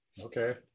Okay